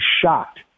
shocked